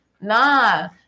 nah